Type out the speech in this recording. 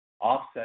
Offset